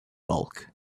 bulk